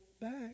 back